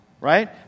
right